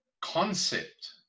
concept